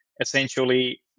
essentially